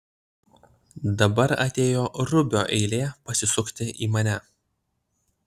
dabar atėjo rubio eilė pasisukti į mane